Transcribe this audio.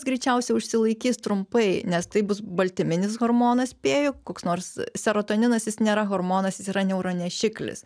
greičiausiai užsilaikys trumpai nes tai bus baltyminis hormonas spėju koks nors seratoninas jis nėra hormonas jis yra neuronešiklis